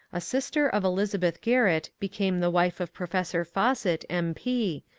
a sister of elizabeth garrett became the wife of professor fawcett, m. p,